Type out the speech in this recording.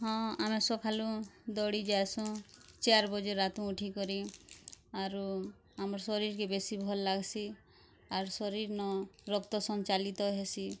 ହଁ ଆମେ ସଖାଳୁ ଦୋଡ଼ି ଜାସୁ ଚାର୍ ବଜେ ରାତୁ ଉଠି କରି ଆରୁ ଆମ୍ ଶରୀର୍ କେ ବେଶୀ ଭଲ୍ ଲାଗଶି ଆର୍ ଶରୀର୍ ନ ରକ୍ତ ସଂଚାଳିତ୍ ହେଷୀ